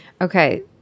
Okay